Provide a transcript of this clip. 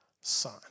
son